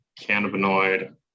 cannabinoid